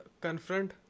confront